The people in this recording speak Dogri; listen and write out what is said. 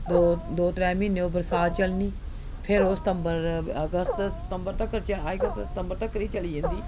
दो दो त्रै म्हीने ओह् बरसांत चलनी फ्ही ओह् सतम्बर अगस्त सतम्बर तक्कर अजकल ते सतम्बर तक गै चली जंदी